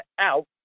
out